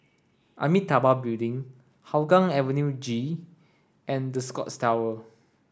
Amitabha Building Hougang Avenue G and The Scotts Tower